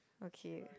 okay